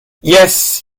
yes